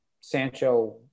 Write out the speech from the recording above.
Sancho